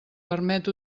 permet